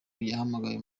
yahamagaye